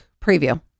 preview